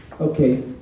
Okay